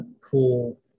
cool